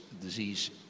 disease